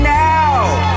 now